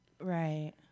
right